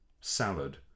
salad